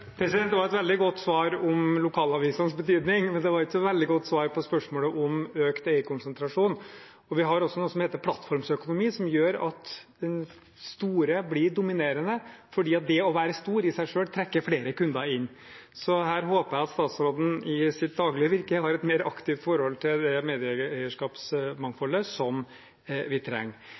Det var et veldig godt svar om lokalavisenes betydning, men det var ikke så veldig godt svar på spørsmålet om økt eierkonsentrasjon. Vi har også noe som heter plattformsøkonomi, som gjør at den store blir dominerende, fordi det å være stor i seg selv trekker flere kunder inn. Jeg håper at statsråden i sitt daglige virke har et mer aktivt forhold til det medieeierskapsmangfoldet som vi trenger.